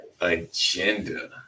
agenda